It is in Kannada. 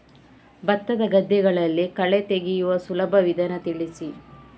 ಭತ್ತದ ಗದ್ದೆಗಳಲ್ಲಿ ಕಳೆ ತೆಗೆಯುವ ಸುಲಭ ವಿಧಾನ ತಿಳಿಸಿ?